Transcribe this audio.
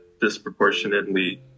disproportionately